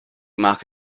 mark